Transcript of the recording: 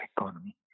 economy